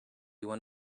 one